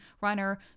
runner